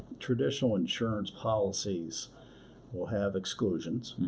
traditional insurance policies will have exclusions.